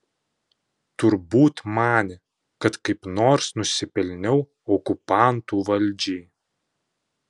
turbūt manė kad kaip nors nusipelniau okupantų valdžiai